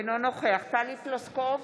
אינו נוכח טלי פלוסקוב,